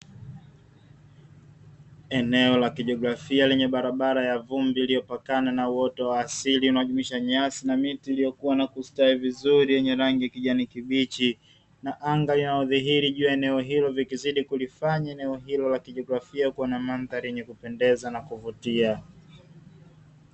Eneo la kijogorafia lenye barabara ya vumbi iliyopakana na uoto wa asili unaojumiisha nyasi na miti iliyokua na kustawi vizuri yenye rangi ya kijani kibichi. Na anga inayodhihiri jua eneo hilo vikizidi kuvifanya eneo hilo la kijogorafia kuwa na mandhari ya kupendeza na kuvutia.